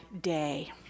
Day